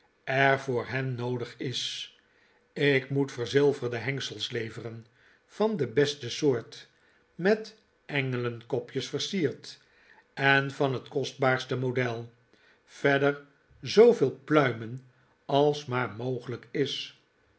voor hen noodig is ik moet verzilverde hengsels leveren van de beste soort met engelenkopjes versierd en van het kostbaarste model verder zooveel pluimen als maar mogelijk is